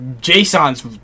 Jason's